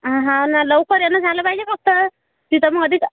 हो ना लवकर येणं झालं पाहिजे फक्त तिथे मध्येच